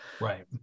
Right